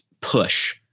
push